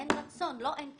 אין רצון, לא אין כסף.